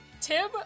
Tim